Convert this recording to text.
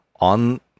on